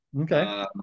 Okay